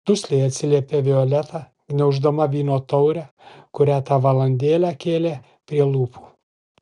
dusliai atsiliepė violeta gniauždama vyno taurę kurią tą valandėlę kėlė prie lūpų